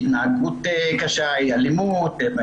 התנהגות קשה, אלימות.